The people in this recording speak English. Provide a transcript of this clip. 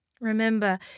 Remember